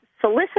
solicit